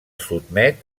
sotmet